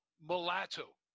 mulatto